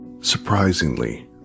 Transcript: Surprisingly